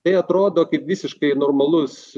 tai atrodo kaip visiškai normalus